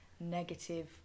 negative